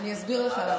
אני אסביר לך.